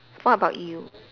what about you